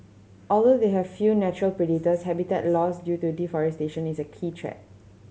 although they have few natural predators habitat loss due to deforestation is a key threat